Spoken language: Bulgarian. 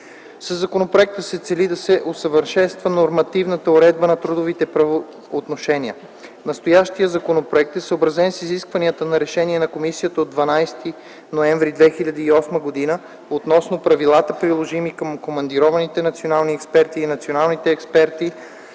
Със законопроекта се цели да се усъвършенства нормативната уредба на трудовите правоотношения. Настоящият законопроект е съобразен с изискванията на Решение на Комисията от 12.11.2008 г. относно правилата, приложими към командированите национални експерти и националните експерти